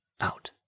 out